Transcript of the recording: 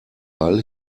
ball